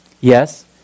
Yes